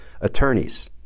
attorneys